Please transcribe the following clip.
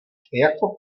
jako